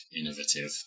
innovative